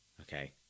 okay